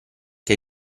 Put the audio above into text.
che